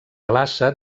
glaça